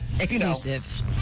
Exclusive